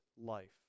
life